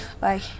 bye